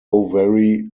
very